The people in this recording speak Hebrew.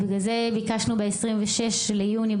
בגלל זה ביקשנו ב-26 ביוני,